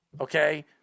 Okay